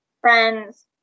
friends